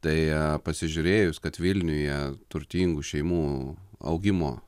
tai pasižiūrėjus kad vilniuje turtingų šeimų augimo